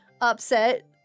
upset